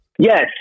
Yes